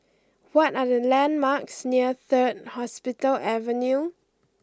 what are the landmarks near Third Hospital Avenue